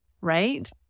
right